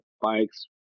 bikes